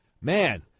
Man